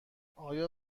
آیا